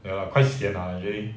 ya lah quite sian lah actually